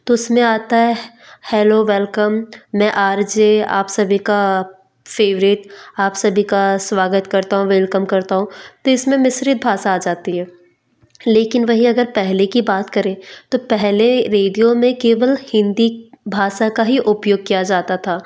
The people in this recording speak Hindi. तो उसमें आता है हैलो वेलकम मैं आर जे आप सभी का फेवरेट आप सभी का स्वागत करता हूँ वेलकम करता हूँ तो इसमें मिश्रित भाषा आ जाती है लेकिन वहीं अगर पहले की बात करें तो पहले रेडियो में केवल हिंदी भाषा का ही उपयोग किया जाता था